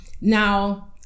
Now